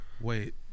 wait